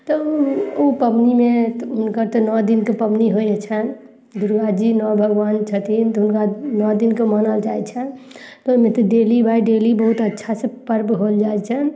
तऽ उ उ पबनीमे हुनकर तऽ नओ दिनके पबनी होइ छनि दुर्गाजी नओ भगवान छथिन तऽ हुनका नओ दिनके मानल जाइ छनि तऽ ओइमे तऽ डेली बाइ डेली बहुत अच्छासँ पर्व होल जाइ छनि